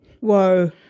Whoa